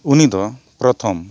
ᱩᱱᱤ ᱫᱚ ᱯᱨᱚᱛᱷᱚᱢ